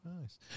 Nice